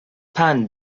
پند